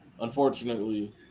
unfortunately